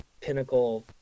pinnacle